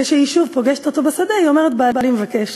כשהיא שוב פוגשת אותו בשדה היא אומרת: בעלי מבקש